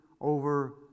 over